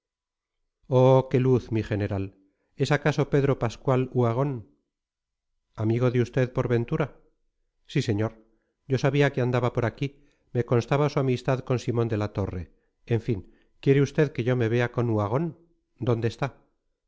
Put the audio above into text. oh qué luz mi general es acaso pedro pascual uhagón amigo de usted por ventura sí señor yo sabía que andaba por aquí me constaba su amistad con simón de la torre en fin quiere usted que yo me vea con uhagón dónde está